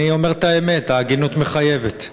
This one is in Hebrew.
אני אומר את האמת, ההגינות מחייבת.